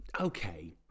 Okay